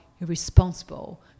irresponsible